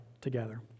together